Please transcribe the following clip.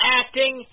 acting